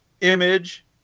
Image